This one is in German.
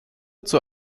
zur